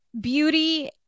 beauty